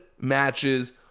matches